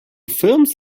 films